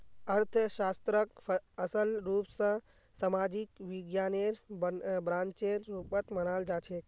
अर्थशास्त्रक असल रूप स सामाजिक विज्ञानेर ब्रांचेर रुपत मनाल जाछेक